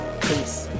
peace